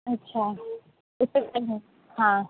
अच्छा हाँ